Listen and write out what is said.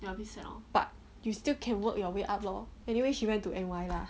but you still can work your way up lor anyway she went to N_Y lah